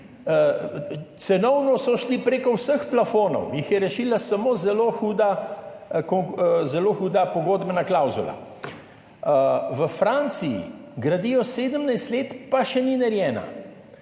cenovno so šli prek vseh plafonov, rešila jih je samo zelo huda pogodbena klavzula. V Franciji gradijo 17 let, pa še ni narejena.